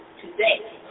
today